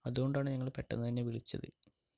അതുകൊണ്ടാണ് ഞങ്ങൾ പെട്ടന്ന് തന്നെ വിളിച്ചത്